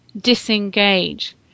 disengage